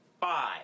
Five